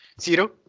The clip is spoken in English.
zero